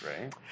right